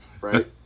right